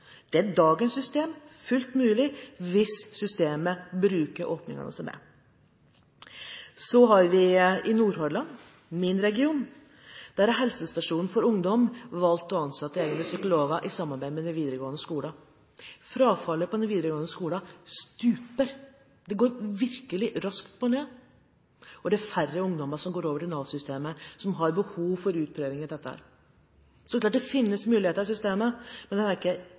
Det er fullt mulig i dagens system hvis systemet bruker åpningene som er. I Nordhordland, min region, har helsestasjonen for ungdom valgt å ansette egne psykologer i samarbeid med den videregående skolen. Frafallet på den videregående skolen stuper. Det går virkelig raskt ned, og det er færre ungdommer som går over til Nav-systemet, som har behov for utprøving i dette. Det finnes så klart muligheter i systemet, men en ting vi skal ta med oss nå, er